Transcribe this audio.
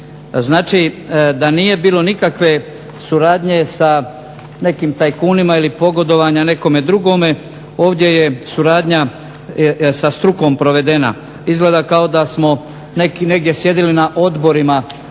Znači, da nije bilo nikakve suradnje sa nekakvim tajkunima ili pogodovanja nekome drugome. Ovdje je suradnja sa strukom provedena. Izgleda kao da smo negdje sjedili na odborima